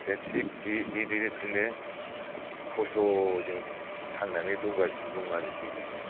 दा थिग बि बिदि रोखोमनि खस्थ'जों थांनानै दंगासिनो दं आरोखि जोङो